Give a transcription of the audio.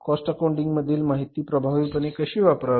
cost accounting मधील माहिती प्रभावीपणे कशी वापरावी